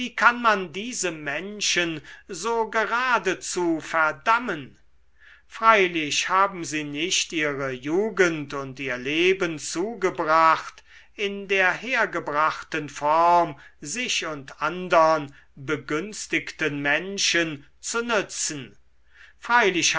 kann man diese menschen so geradezu verdammen freilich haben sie nicht ihre jugend und ihr leben zugebracht in der hergebrachten form sich und andern begünstigten menschen zu nützen